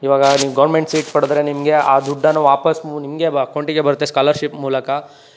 ಇವಾಗ ನೀವು government seat ಪಡೆದ್ರೆ ನಿಮಗೆ ಆ ದುಡ್ಡನ್ನು ವಾಪಾಸ್ ನಿಮಗೆ ಬ ಅಕೌಂಟಿಗೆ ಬರುತ್ತೆ ಸ್ಕಾಲರ್ಶಿಪ್ ಮೂಲಕ